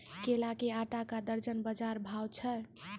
केला के आटा का दर्जन बाजार भाव छ?